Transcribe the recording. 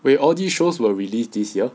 wait all these shows were released this year